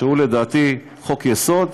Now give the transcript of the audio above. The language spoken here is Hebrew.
שהוא לדעתי חוק-יסוד,